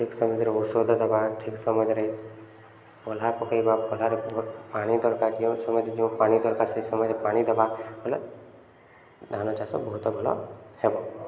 ଠିକ୍ ସମୟରେ ଔଷଧ ଦେବା ଠିକ୍ ସମୟରେ ପଲ୍ଲା ପକେଇବା ପଲ୍ଲାରେ ପାଣି ଦରକାର ଯେଉଁ ସମୟରେ ଯେଉଁ ପାଣି ଦରକାର ସେ ସମୟରେ ପାଣି ଦେବା ହେଲେ ଧାନ ଚାଷ ବହୁତ ଭଲ ହେବ